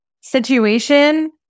situation